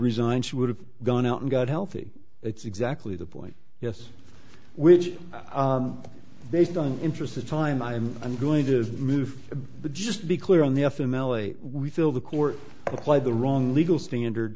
resign she would have gone out and got healthy it's exactly the point yes which based on interest of time i'm i'm going to move the just be clear on the f m l a we feel the court applied the wrong legal standard